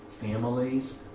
families